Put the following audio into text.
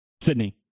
sydney